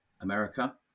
America